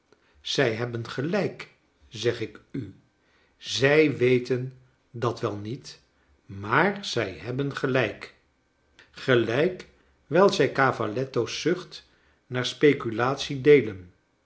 zij hebben gelijk zeg ik u zij weten dat wel niet maar zij hebben gelijk gelijk wijl zij cavalletto's zucht naar speeulatie